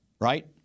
right